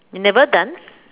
you never done